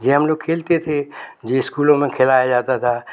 जी हम लोग खेलते थे जो इस्कूलों में खिलाया जाता था